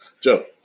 Joe